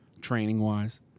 training-wise